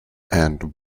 and